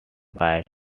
fight